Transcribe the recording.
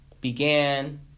began